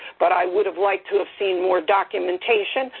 but i would have liked to have seen more documentation,